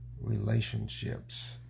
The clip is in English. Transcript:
relationships